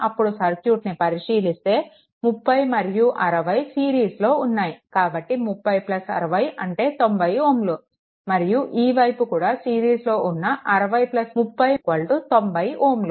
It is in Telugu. ఇప్పుడు సర్క్యూట్ని పరిశీలిస్తే 30 మరియు 60 సిరీస్లో ఉన్నాయి కాబట్టి 3060 అంటే 90 Ω మరియు ఈ వైపు కూడా సిరీస్లో ఉన్న 6030 90 Ω